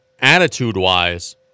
attitude-wise